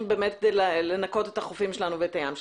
כדי לנקות את החופים שלנו ואת הים שלנו.